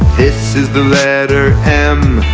this is the letter m